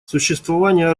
существование